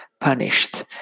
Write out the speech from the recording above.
punished